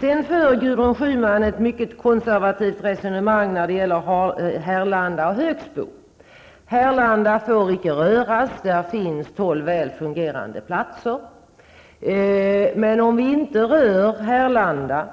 Sedan för Gudrun Schyman ett mycket konservativt resonemang när det gäller Härlanda och Högsbo. Härlanda får enligt henne icke röras. Där finns tolv väl fungerande platser. Men om vi inte rör Härlanda